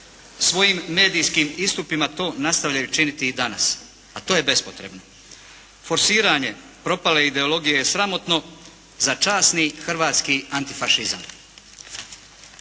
svojim medijskim istupima to nastavljaju činiti i danas, a to je bespotrebno. Forsiranje propale ideologije je sramotno za časni hrvatski antifašizam.